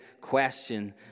question